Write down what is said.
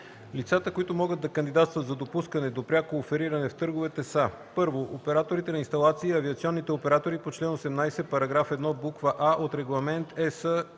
Лицата, които могат да кандидатстват за допускане до пряко офериране в търговете, са: 1. операторите на инсталации и авиационните оператори по чл. 18, параграф 1, буква „а” от Регламент (ЕС)